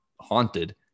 haunted